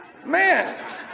Man